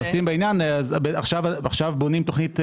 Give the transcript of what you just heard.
עכשיו בונים תוכנית חדשה-ישנה.